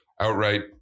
outright